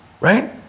right